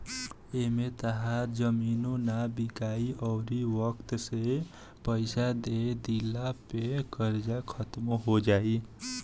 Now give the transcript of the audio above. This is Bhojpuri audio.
एमें तहार जमीनो ना बिकाइ अउरी वक्त से पइसा दे दिला पे कर्जा खात्मो हो जाई